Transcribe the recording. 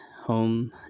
home